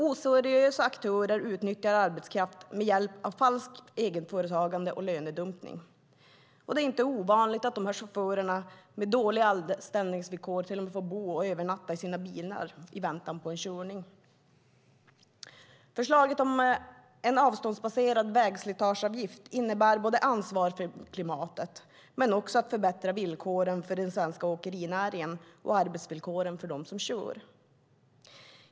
Oseriösa aktörer utnyttjar arbetskraft med hjälp av falskt egenföretagande och lönedumpning. Det är inte ovanligt att dessa chaufförer med dåliga anställningsvillkor får bo och övernatta i bilarna i väntan på en körning. Förslaget om en avståndsbaserad vägslitageavgift innebär både ansvar för klimatet och förbättrade villkor för den svenska åkerinäringen och för dem som kör.